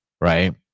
right